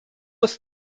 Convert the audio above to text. ist